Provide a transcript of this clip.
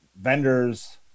vendors